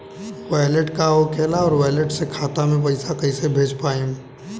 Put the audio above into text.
Wallet का होखेला और वैलेट से खाता मे पईसा कइसे भेज पाएम?